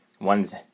One's